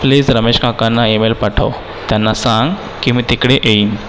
please रमेशकाकांना email पाठव त्यांना सांग की मी तिकडे येईन